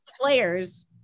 players